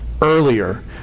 earlier